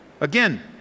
Again